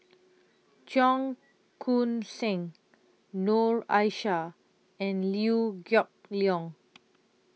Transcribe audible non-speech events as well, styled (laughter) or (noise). (noise) Cheong Koon Seng Noor Aishah and Liew Geok Leong